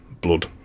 blood